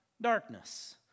Darkness